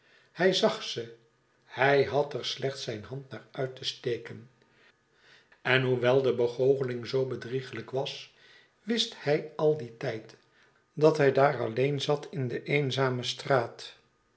hij zag ze hij had er slechts zijn hand naar uit te steken en hoewel de begoocheling zoo bedriegelijk was wist hij al dien tijd dat hij daar alleen zat in de eenzame straat